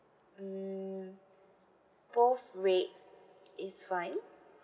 mm both red is fine